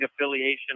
affiliation